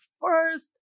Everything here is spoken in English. first